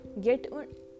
get